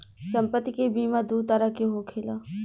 सम्पति के बीमा दू तरह के होखेला